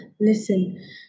listen